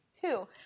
two